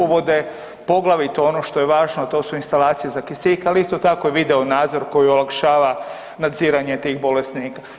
Uvode poglavito ono što je važno to su instalacije za kisik, ali isto tako i video nadzor koji olakšava nadziranje tih bolesnika.